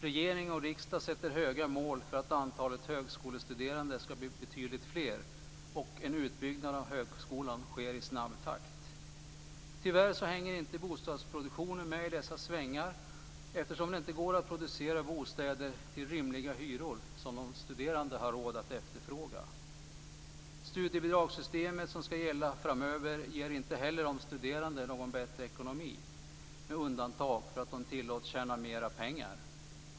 Regering och riksdag sätter höga mål för att de högskolestuderande ska bli betydligt fler, och en utbyggnad av högskolan sker i snabb takt. Tyvärr hänger inte bostadsproduktionen med i de svängarna eftersom det inte går att producera bostäder med rimliga hyror som de studerande har råd att efterfråga. Inte heller det studiebidragssystem som ska gälla framöver ger de studerande en bättre ekonomi - med undantag av att de studerande tillåts tjäna mer pengar.